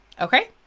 Okay